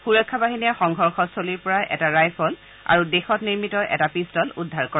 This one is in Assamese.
সুৰক্ষা বাহিনীয়ে সংঘৰ্যস্থলীৰ পৰা এটা ৰাইফল আৰু দেশতে নিৰ্মিত এটা পিষ্টল উদ্ধাৰ কৰে